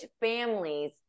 families